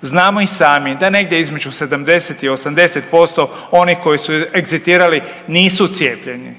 Znamo i sami da negdje između 70 i 80% onih koji su egzitirali nisu cijepljeni.